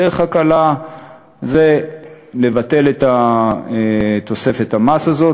הדרך הקלה זה לבטל את תוספת המס הזאת,